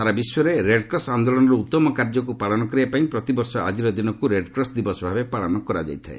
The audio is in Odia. ସାରା ବିଶ୍ୱରେ ରେଡକ୍ରସ ଆନ୍ଦୋଳନର ଉତ୍ତମ କାର୍ଯ୍ୟକୁ ପାଳନ କରିବା ପାଇଁ ପ୍ରତିବର୍ଷ ଆକିର ଦିନକୁ ରେଡକ୍ସ ଦିବସ ଭାବେ ପାଳନ କରାଯାଇଥାଏ